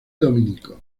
dominico